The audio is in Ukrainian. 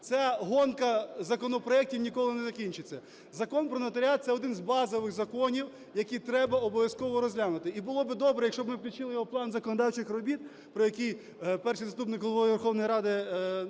Ця гонка законопроектів ніколи не закінчиться. Закон "Про нотаріат" – це один з базових законів, який треба обов'язково розглянути. І було би добре, якщо б ми його включили в план законодавчих робіт, про який Перший заступник Голови